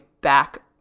back